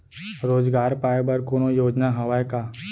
रोजगार पाए बर कोनो योजना हवय का?